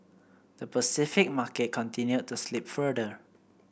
the Pacific market continued to slip further